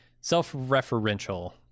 self-referential